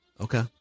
Okay